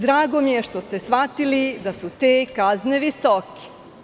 Drago mi je što ste shvatili da su te kazne visoke.